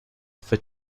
for